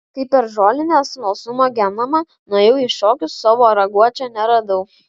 kai per žolinę smalsumo genama nuėjau į šokius savo raguočio neradau